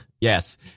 Yes